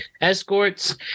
escorts